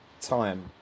time